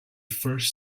first